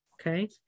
okay